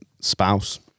spouse